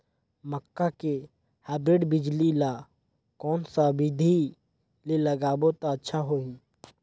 मक्का के हाईब्रिड बिजली ल कोन सा बिधी ले लगाबो त अच्छा होहि?